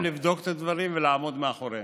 אני אוהב לבדוק את הדברים ולעמוד מאחוריהם.